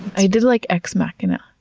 i did like ex machina. oh,